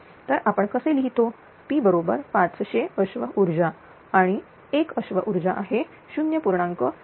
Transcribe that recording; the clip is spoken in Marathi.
तर आपण कसे लिहितो P बरोबर 500 अश्व ऊर्जा आणि एक अश्व ऊर्जा आहे 0